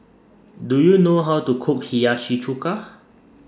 Do YOU know How to Cook Hiyashi Chuka